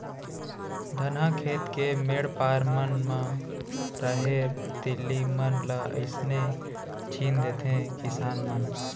धनहा खेत के मेढ़ पार मन म राहेर, तिली मन ल अइसने छीन देथे किसान मन